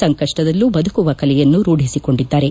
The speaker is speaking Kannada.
ಸಂಕಪ್ಪದಲ್ಲೂ ಬದುಕುವ ಕಲೆಯನ್ನು ರೂಢಿಸಿಕೊಂಡಿದ್ದಾರೆ